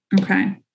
Okay